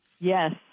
Yes